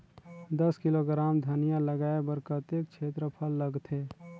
दस किलोग्राम धनिया लगाय बर कतेक क्षेत्रफल लगथे?